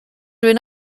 been